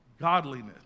godliness